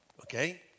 okay